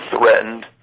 threatened